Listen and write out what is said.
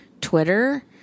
Twitter